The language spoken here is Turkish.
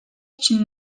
için